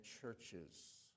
churches